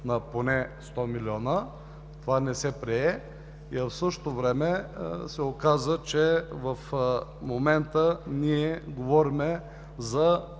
на поне 100 милиона, това не се прие и в същото време се оказа, че в момента ние говорим за